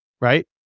right